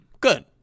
Good